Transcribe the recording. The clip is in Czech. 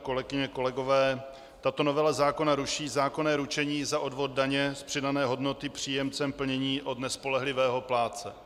Kolegyně, kolegové, tato novela zákona ruší zákonné ručení za odvod daně z přidané hodnoty příjemcem plnění od nespolehlivého plátce.